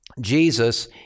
jesus